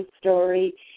story